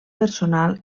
personal